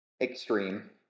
Extreme